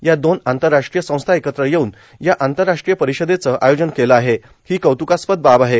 या दोन आंतरराष्ट्रीय संस्था एकत्र येऊन या आंतरराष्ट्रीय परिषदेचे आयोजन केले आहे ही कौत्कास्पद बाब आहे